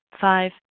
five